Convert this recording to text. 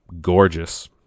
gorgeous